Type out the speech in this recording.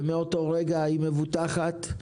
ומאותו רגע היא מבוטחת,